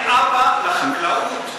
אין אבא לחקלאות.